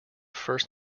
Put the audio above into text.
first